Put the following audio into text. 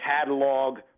catalog